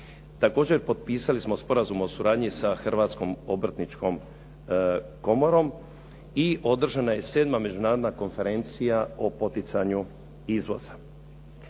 Također potpisali smo sporazum o suradnji s Hrvatskom obrtničkom komorom i održana je 7. međunarodna konferencija o poticanju izvoza.